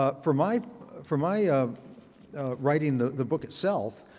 ah for my for my um writing the the book itself,